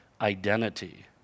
identity